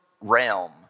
realm